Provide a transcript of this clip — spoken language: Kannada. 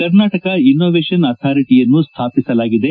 ಕರ್ನಾಟಕ ಇನೋವೆಷನ್ ಅಥಾರಿಟಯನ್ನು ಸ್ಥಾಪಿಸಲಾಗಿದೆ